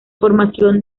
formación